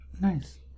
Nice